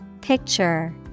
Picture